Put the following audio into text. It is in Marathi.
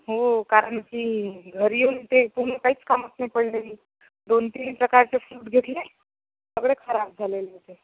हो कारणकी घरी येऊन ते पूर्ण काहीच कामात नाही पडलेली दोन तीन प्रकारचे फ्रुट घेतले सगळे खराब झालेले होते